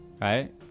Right